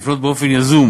לפנות באופן יזום